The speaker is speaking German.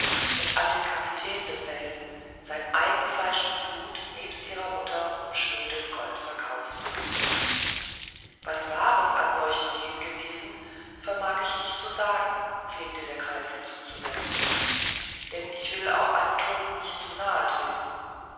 und an den kapitän desselben sein eigen fleisch und blut nebst ihrer mutter um schnödes gold verkauft was wahres an solchen reden gewesen vermag ich nicht zu sagen pflegte der greis hinzuzusetzen denn ich will auch einem toten nicht zu nahe treten